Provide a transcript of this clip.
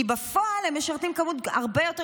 כי בפועל הם משרתים מספר הרבה יותר